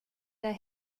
der